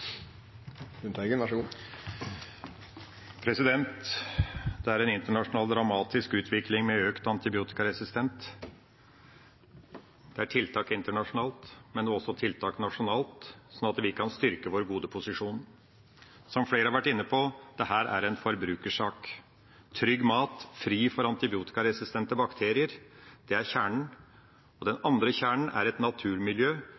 en dramatisk utvikling internasjonalt med økt antibiotikaresistens. Det er tiltak internasjonalt, men det er også tiltak nasjonalt, sånn at vi kan styrke vår gode posisjon. Som flere har vært inne på, er dette en forbrukersak. Trygg mat, fri for antibiotikaresistente bakterier, det er kjernen, og en annen kjerne er et naturmiljø